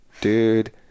dude